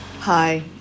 Hi